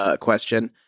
question